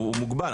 מוגבל.